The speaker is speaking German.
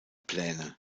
pläne